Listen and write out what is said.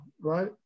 right